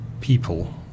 people